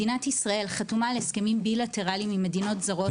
מדינת ישראל חתומה על הסכמים בילטרליים עם מדינות זרות.